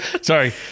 Sorry